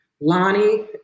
Lonnie